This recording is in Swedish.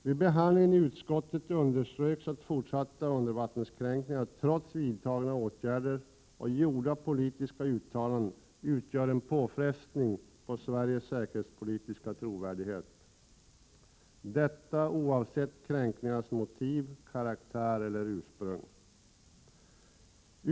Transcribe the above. Vid behandlingen i utskottet underströks att fortsatta undervattenskränkningar trots vidtagna åtgärder och gjorda politiska uttalanden utgör en påfrestning på Sveriges säkerhetspolitiska trovärdighet — detta oavsett kränkningarnas motiv, karaktär eller ursprung.